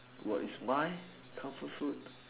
what is my comfort food